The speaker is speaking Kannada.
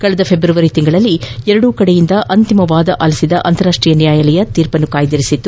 ಕಳೆದ ಫೆಬ್ರವರಿಯಲ್ಲಿ ಎರಡು ಕಡೆಯಿಂದ ಅಂತಿಮ ವಾದ ಆಲಿಸಿದ ಅಂತಾರಾಷ್ಷೀಯ ನ್ಯಾಯಾಲಯ ತೀರ್ಪನ್ನು ಕಾಯ್ದಿರಿಸಿತ್ತು